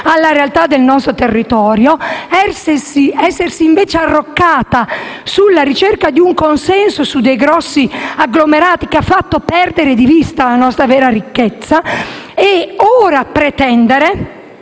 alla realtà del nostro territorio e di essersi invece arroccati sulla ricerca di un consenso su grandi agglomerati, che ha fatto perdere di vista la nostra vera ricchezza; ora, però,